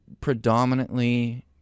predominantly